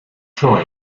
scheu